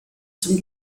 zum